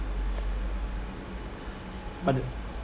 but the